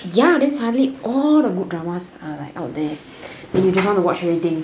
ya then suddenly all the good drama err like out there then you just wanna watch everything